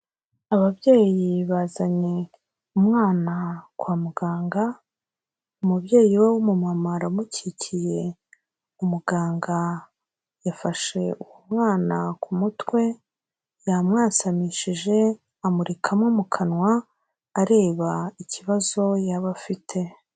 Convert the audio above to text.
Ababyeyi bazanye umwana kwa muganga, umubyeyi we w'umumama aramukikiye umuganga yafashe uwo mwana ku mutwe, yamwasamishije, amurika mu kanwa areba ikibazo yaba afite.